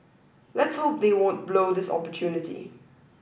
let's hope they won't blow this opportunity